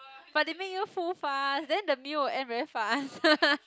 but they make you full fast then the meal will end very fast